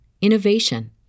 innovation